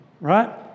right